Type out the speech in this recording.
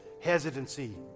hesitancy